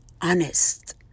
honest